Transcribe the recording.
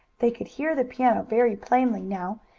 they could hear the piano very plainly now,